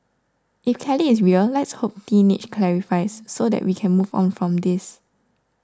if Kelly is real let's hope Teenage clarifies so that we can move on from this